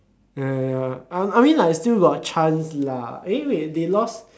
ya ya ya I I mean like still got chance lah eh wait they lost